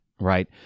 right